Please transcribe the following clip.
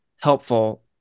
helpful